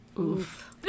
Oof